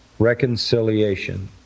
reconciliation